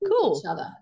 cool